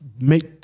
make